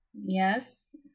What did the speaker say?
Yes